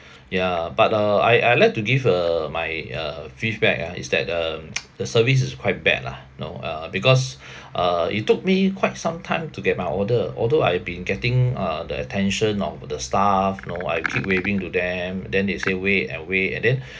ya but uh I I'd like to give uh my uh feedback ah is that um the service is quite bad lah know uh because uh it took me quite some time to get my order although I have been getting uh the attention of the staff know I keep waving to them then they say wait and wait and then